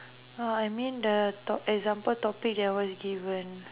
uh I mean the top~ example topic that was given